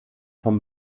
vom